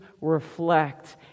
reflect